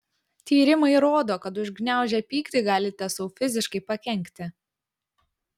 tyrimai rodo kad užgniaužę pyktį galite sau fiziškai pakenkti